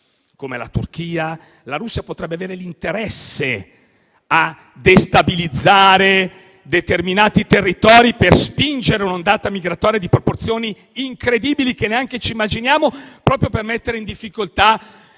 e la Turchia. La Russia potrebbe avere l'interesse a destabilizzare determinati territori per spingere un'ondata migratoria di proporzioni incredibili, che neanche ci immaginiamo, proprio per mettere in difficoltà